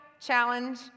challenge